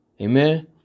amen